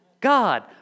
God